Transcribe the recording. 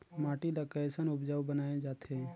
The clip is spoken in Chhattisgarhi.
माटी ला कैसन उपजाऊ बनाय जाथे?